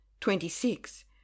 Twenty-six